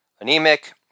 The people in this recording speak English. anemic